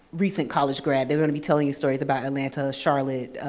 recent college grad, they're gonna be telling you stories about atlanta, charlotte,